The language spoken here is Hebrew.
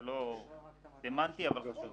זה לא סמנטי, אבל חשוב.